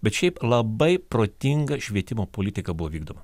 bet šiaip labai protinga švietimo politika buvo vykdoma